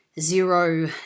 zero